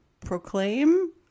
proclaim